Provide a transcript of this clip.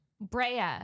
Brea